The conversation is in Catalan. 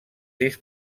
sis